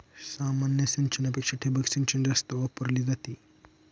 सामान्य सिंचनापेक्षा ठिबक सिंचन जास्त वापरली जाते